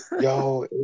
Yo